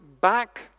back